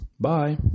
Bye